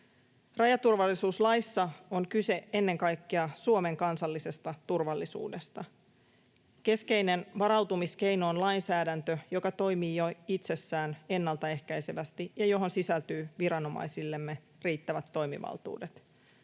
Rajaturvallisuuslaissa on kyse ennen kaikkea Suomen kansallisesta turvallisuudesta. Keskeinen varautumiskeino on lainsäädäntö, joka toimii jo itsessään ennaltaehkäisevästi ja johon sisältyy viranomaisillemme riittävät toimivaltuudet.